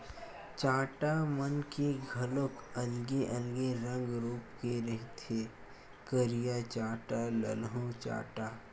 चाटा मन के घलोक अलगे अलगे रंग रुप के रहिथे करिया चाटा, ललहूँ चाटा